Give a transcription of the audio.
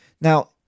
Now